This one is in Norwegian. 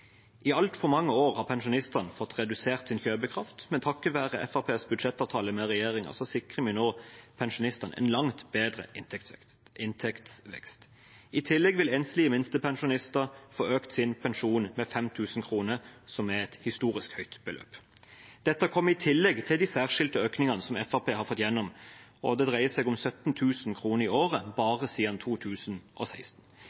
I altfor mange år har pensjonistene fått redusert sin kjøpekraft, men takket være Fremskrittspartiets budsjettavtale med regjeringen sikrer vi nå pensjonistene en langt bedre inntektsvekst. I tillegg vil enslige minstepensjonister få økt sin pensjon med 5 000 kr, som er et historisk høyt beløp. Dette kommer i tillegg til de særskilte økningene som Fremskrittspartiet har fått gjennom. Det dreier seg om 17 000 kr i året